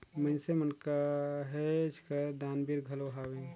मइनसे मन कहेच कर दानबीर घलो हवें